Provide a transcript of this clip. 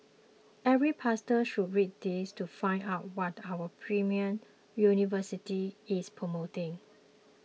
every pastor should read this to find out what our premier university is promoting